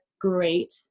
great